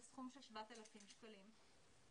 הסכום הוא 7,000 שקלים.